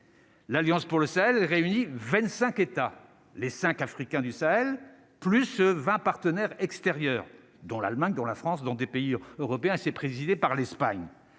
L'Alliance pour le Sahel 25 États, les 5 africains du Sahel, plus 20 partenaires extérieurs, dont l'Allemagne, dont la France, dans des pays européens, c'est présidée par l'Espagne,